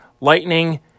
lightning